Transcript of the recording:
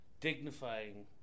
Dignifying